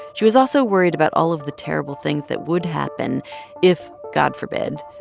she was also worried about all of the terrible things that would happen if, god forbid,